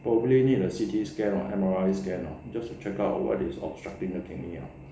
probably need a C_T scan or M_R_I scan lor just to check out what is obstructing the kidney